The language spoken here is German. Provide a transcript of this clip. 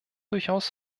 durchaus